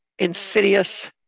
insidious